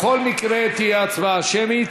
בכל מקרה, תהיה הצבעה שמית,